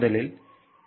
முதலில் டி